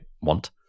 want